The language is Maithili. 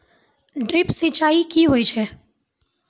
ड्रिप सिंचाई कि होय छै?